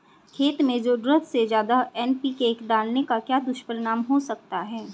खेत में ज़रूरत से ज्यादा एन.पी.के डालने का क्या दुष्परिणाम हो सकता है?